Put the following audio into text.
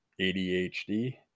ADHD